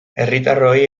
herritarroi